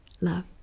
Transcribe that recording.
Love